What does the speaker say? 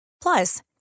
Plus